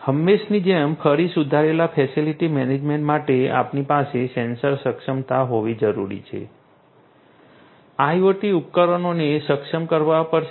હંમેશની જેમ ફરી સુધરેલા ફેસિલિટી મેનેજમેન્ટ માટે આપણી પાસે સેન્સર સક્ષમતા હોવી જરૂરી છે IoT ઉપકરણોને સક્ષમ કરવા પડશે